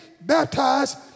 baptized